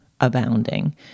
abounding